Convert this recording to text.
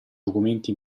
documenti